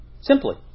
simply